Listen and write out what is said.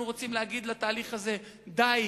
אנחנו רוצים להגיד לתהליך הזה די.